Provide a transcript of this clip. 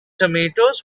tomatoes